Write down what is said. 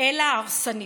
אלא הרסנית,